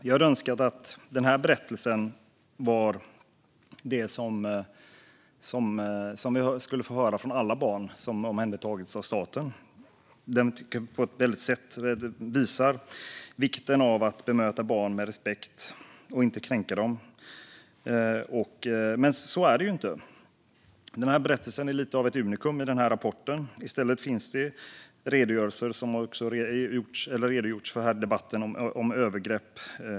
Jag önskar att denna berättelse var en berättelse som vi fick höra från alla barn som omhändertagits av staten. Den visar vikten av att bemöta barn med respekt och inte kränka dem. Men så är det inte. Berättelsen är lite av ett unikum i rapporten. I stället finns redogörelser om övergrepp, som tagits upp här i debatten.